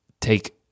take